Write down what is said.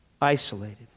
isolated